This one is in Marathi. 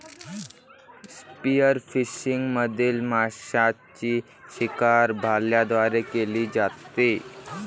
स्पीयरफिशिंग मधील माशांची शिकार भाल्यांद्वारे केली जाते